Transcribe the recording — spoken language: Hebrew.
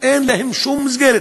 אין להם שום מסגרת.